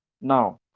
now